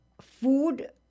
food